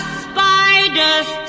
spider's